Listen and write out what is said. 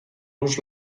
los